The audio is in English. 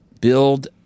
build